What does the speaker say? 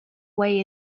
way